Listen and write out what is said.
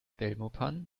belmopan